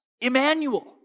Emmanuel